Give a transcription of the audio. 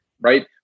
right